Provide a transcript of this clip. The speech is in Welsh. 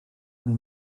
neu